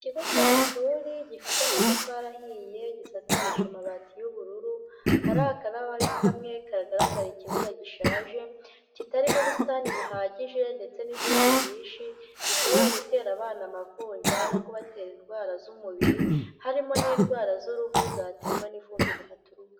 Ikigo cy'amashuri gifite amatafari ahiye, gisakarishe amabati y'ubururu, hari akarahuri kamwe kagaragara, ikibuga gishaje kitarimo ubusitani buhagije ndetse n'ivumbi ryinshi, bishobora gutera abana amavunja no kubatera indwara z'umubiri harimo n'indwara z'uruhu zaterwa n'ivumbi rihaturuka.